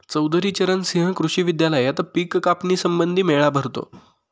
चौधरी चरण सिंह कृषी विद्यालयात पिक कापणी संबंधी मेळा भरतो